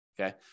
Okay